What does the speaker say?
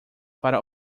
para